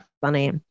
Funny